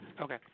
Okay